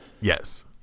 yes